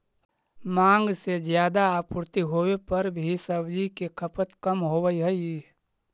माँग से ज्यादा आपूर्ति होवे पर भी सब्जि के खपत कम होवऽ हइ